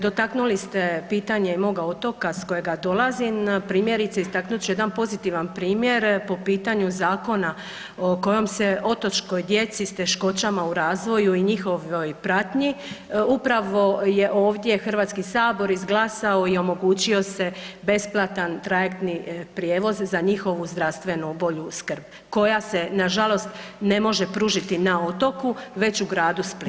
Dotaknuli ste pitanje moga otoka s kojega dolazim primjerice istaknut ću jedan pozitivan primjer po pitanju zakona kojom se otočkoj djeci s teškoćama u razvoju i njihovoj pratnji upravo je ovdje Hrvatski sabor i omogućio se besplatan trajektni prijevoz za njihovu zdravstveno bolju skrb koja se nažalost ne može pružiti na otoku već u gradu Splitu.